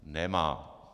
Nemá.